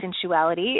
sensuality